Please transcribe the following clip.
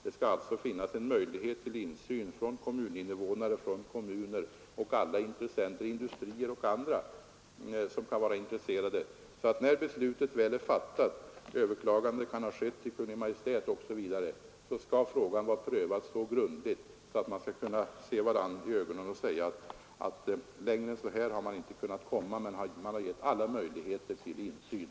Det skall alltså finnas en möjlighet till insyn från kommuninvånare, kommuner och alla intressenter — industrier och andra — så att när beslutet väl är fattat, sedan överklagande kan ha skett till Kungl. Maj:t osv., frågan skall vara prövad så grundligt att man skall kunna se varandra i ögonen och säga att längre än så här har man inte kunnat komma, men man har gett alla möjligheter till insyn.